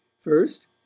first